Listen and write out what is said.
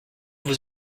vous